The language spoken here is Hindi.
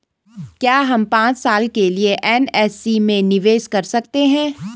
क्या हम पांच साल के लिए एन.एस.सी में निवेश कर सकते हैं?